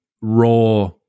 raw